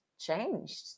Changed